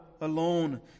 alone